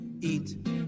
Eat